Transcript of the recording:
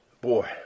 Boy